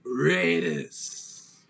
Raiders